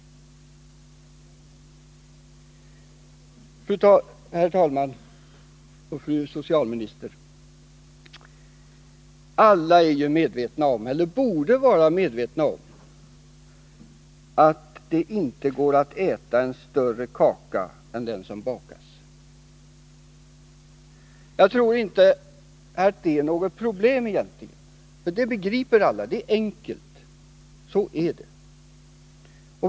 Herr talman och fru socialminister! Alla är ju medvetna om, eller borde vara medvetna om, att det inte går att äta en större kaka än den som bakas. Jag tror inte att detta egentligen är något problem. Alla begriper det här för det är enkelt. Så är det.